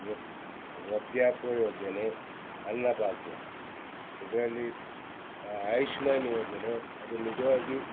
ವೃತ್ ವೃದ್ಧಾಪ್ಯ ಯೋಜನೆ ಅನ್ನಭಾಗ್ಯ ಇದರಲ್ಲಿ ಆಯುಷ್ಮಾನ್ ಯೋಜನೆ ಅದು ನಿಜವಾಗಿ